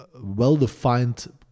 well-defined